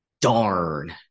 Darn